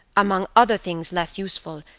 among other things less useful,